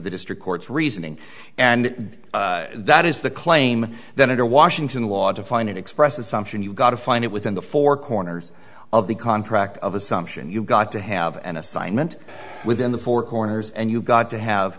the district court's reasoning and that is the claim then into washington law to find it expressed assumption you've got to find it within the four corners of the contract of assumption you've got to have an assignment within the four corners and you've got to have